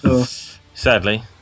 Sadly